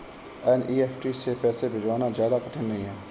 NEFT से पैसे भिजवाना ज्यादा कठिन नहीं है